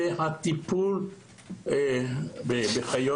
והטיפול בחיות,